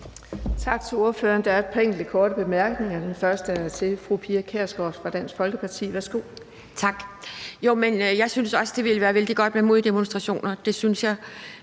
Tak, hr.